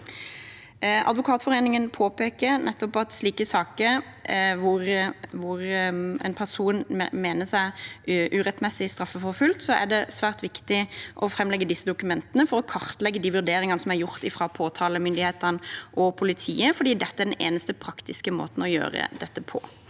Advokatforeningen påpeker at det nettopp i slike saker, hvor en person mener seg urettmessig straffeforfulgt, er svært viktig å framlegge disse dokumentene for å kartlegge de vurderingene som er gjort fra påtalemyndighetene og politiet, fordi dette er den eneste praktiske måten å gjøre dette på.